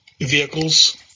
vehicles